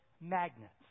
magnets